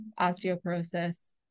osteoporosis